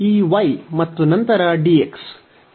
ಈ y ಮತ್ತು ನಂತರ dx